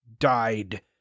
died